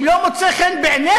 אם לא מוצא חן בעיניכם,